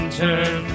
turn